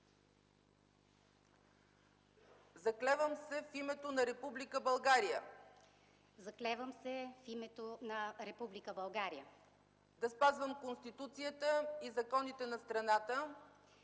„Заклевам се в името на Република България да спазвам Конституцията и законите на страната